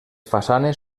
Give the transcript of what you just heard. façanes